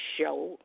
show